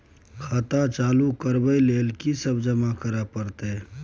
खाता चालू करबै लेल की सब जमा करै परतै?